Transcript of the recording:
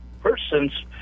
persons